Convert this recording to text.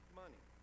money